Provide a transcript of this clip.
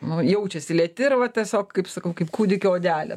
nu jaučiasi lieti ir va tiesiog kaip sakau kaip kūdikio odelė